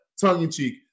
tongue-in-cheek